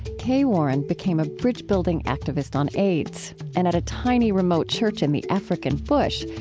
kay warren became a bridge-building activist on aids. and at a tiny, remote church in the african bush,